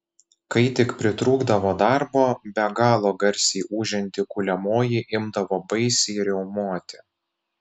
kai tik pritrūkdavo darbo be galo garsiai ūžianti kuliamoji imdavo baisiai riaumoti